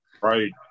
Right